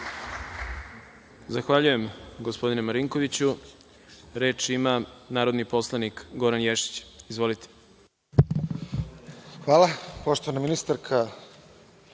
Zahvaljujem gospodine Marinkoviću. Reč ima narodni poslanik Goran Ješić. Izvolite. **Goran Ješić** Hvala. Poštovana ministarka,